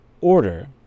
order